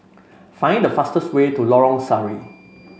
find the fastest way to Lorong Sari